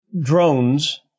drones